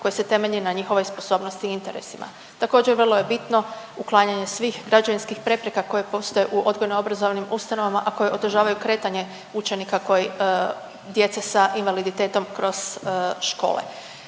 koje se temelji na njihovoj sposobnosti i interesima. Također vrlo je bitno uklanjanje svih građevinskih prepreka koje postoje u odgojno-obrazovnim ustanovama, a koje otežavaju kretanje učenika koji, djece sa invaliditetom kroz škole.